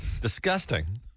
disgusting